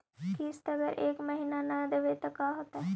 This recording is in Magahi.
किस्त अगर एक महीना न देबै त का होतै?